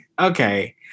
okay